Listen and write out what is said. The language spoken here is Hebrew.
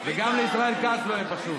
וגם לישראל כץ לא יהיה פשוט.